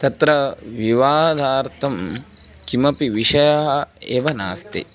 तत्र विवादार्थं किमपि विषयः एव नास्ति